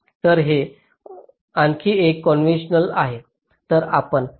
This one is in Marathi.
तर हे आणखी एक कॉन्व्हेंशन आहे